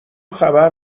خبر